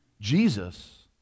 Jesus